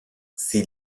sie